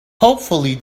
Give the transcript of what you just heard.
hopefully